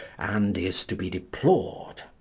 and is to be deplored.